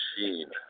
machine